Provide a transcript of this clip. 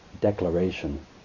declaration